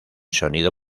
sonido